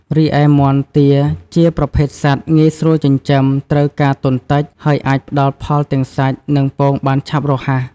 រីឯមាន់ ទា ជាប្រភេទសត្វងាយស្រួលចិញ្ចឹម ត្រូវការទុនតិច ហើយអាចផ្តល់ផលទាំងសាច់ និងពងបានឆាប់រហ័ស។